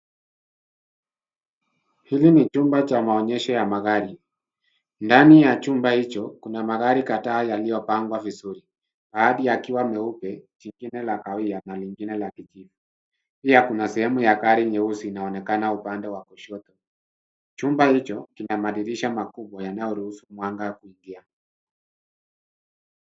Hili ni chumba cha maonyesho ya magari. Ndani ya chumba hicho kuna magari kadhaa yaliyopangwa vizuri, baadhi yakiwa meupe, jingine la kahawia na lingine la kijani kijivu. Pia kuna sehemu ya gari nyeusi inaonekana upande wa kushoto. Chumba hicho kina madirisha makubwa yanayoruhusu mwanga kuingia.